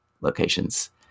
locations